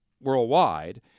worldwide